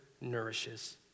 nourishes